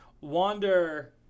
Wander